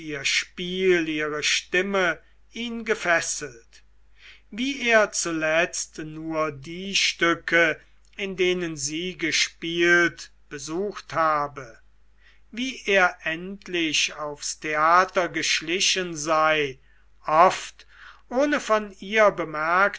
spiel ihre stimme ihn gefesselt wie er zuletzt nur die stücke in denen sie gespielt besucht habe wie er endlich aufs theater geschlichen sei oft ohne von ihr bemerkt